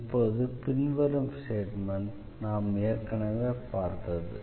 இப்போது பின்வரும் ஸ்டேட்மென்ட் நாம் ஏற்கனவே பார்த்தது